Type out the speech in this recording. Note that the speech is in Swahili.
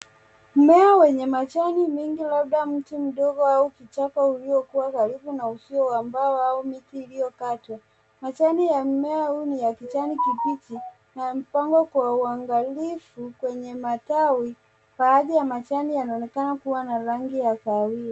Mmea wenye majani mengi labda mti mdogo au kichaka uliokua karibu na uzio wa mbao au miti iliyokatwa. Majani ya mmea huu wa kijani kibichi na mpango kwa uangalifu kwenye matawi baadhi ya majani yanaonekana kua na rangi ya kahawia.